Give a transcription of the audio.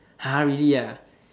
!huh! really ah